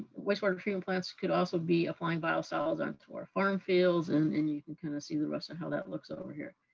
wastewater treatment plants could also be applying biosolids onto our farm fields, and and you can kind of see the rest of how that looks over here.